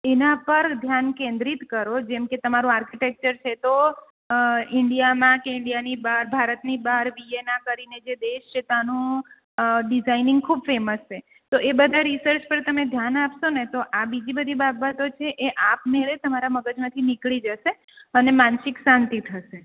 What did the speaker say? એના પર ધ્યાન કેન્દ્રિત કરો જેમકે તમારું આર્કિટેક્ચર છે તો ઈન્ડિયામાં કે ઈન્ડિયાની બહાર ભારતની બહાર વીએના કરીને જે દેશ છે ત્યાનું ડિઝાઈનિંગ ખૂબ ફેમસ છે તો એ બધા રિસર્ચ પર તમે ધ્યાન આપશોને તો આ બીજી બધી બાબતો છે એ આપ મેળે તમારા મગજમાંથી નીકળી જશે અને માનસિક શાંતિ થશે